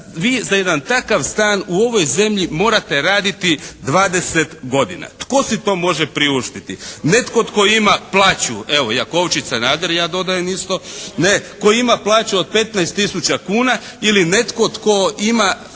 vi za jedan takav stan u ovoj zemlji morate raditi 20 godina. Tko si to može priuštiti? Netko tko ima plaću evo Jakovčić, Sanader, ja dodajem isto. Ne? Koji ima plaću od 15000 kuna ili netko tko ima